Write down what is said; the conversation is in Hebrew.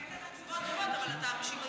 אין לך תשובות טובות, אבל אתה המשיב הלאומי.